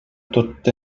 tot